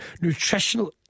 nutritional